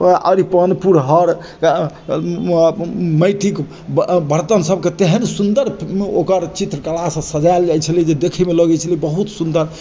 अरिपन पुरहर माटिक बरतन सबके तेहन सुन्दर ओकर चित्रकलासँ सजायल जाइ छलै जे देखयमे लगय छलै बहुत सुन्दर